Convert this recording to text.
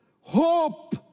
Hope